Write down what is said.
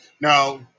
Now